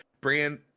brand